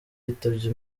yitabye